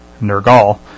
Nergal